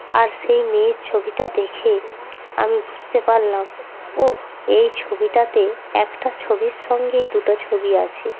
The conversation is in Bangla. আর সেই মেয়ের ছবিটা দেখে আমি বুঝতে পারলাম ওহ্ এই ছবিটাতে একটা ছবির সঙ্গেই দুটো ছবি আছে